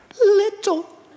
little